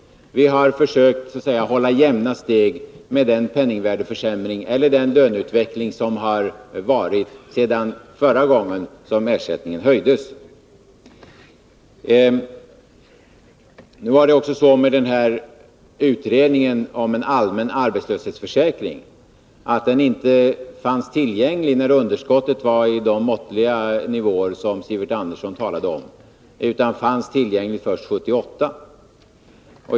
Vi har försökt hålla jämna steg med den löneutveckling som har ägt rum sedan förra gången ersättningen höjdes. Den nämnda utredningen om en allmän arbetslöshetsförsäkring fanns inte tillgänglig när underskottet var på de måttliga nivåer som Sivert Andersson talade om, utan den kom först 1978.